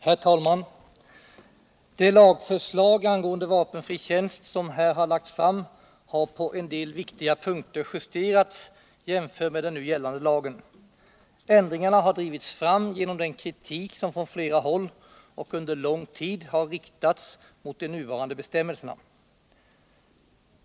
Herr talman! I det förslag till lag angående vapenfri tjänst som har lagts fram har lagen på en del viktiga punkter justerats jämfört med den nu gällande lagen. Ändringarna har drivits fram av den kritik som från flera håll och under lång tid har riktats mot de nuvarande bestämmelserna.